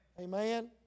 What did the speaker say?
Amen